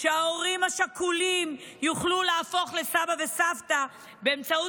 שההורים השכולים יוכלו להפוך לסבא וסבתא באמצעות